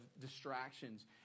distractions